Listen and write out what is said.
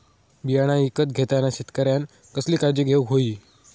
बियाणा ईकत घेताना शेतकऱ्यानं कसली काळजी घेऊक होई?